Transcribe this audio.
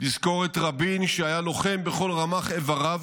לזכור את רבין שהיה לוחם בכל רמ"ח איבריו,